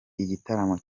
igitaramo